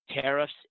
tariffs